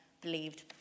believed